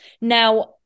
Now